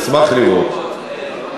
אשמח לראות.